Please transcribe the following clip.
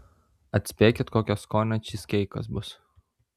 atspėkit kokio skonio čyzkeikas bus